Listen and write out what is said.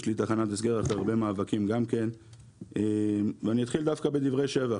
יש לי תחנת הסגר אחרי הרבה מאבקים גם כן ואני אתחיל דווקא בדברי שבח,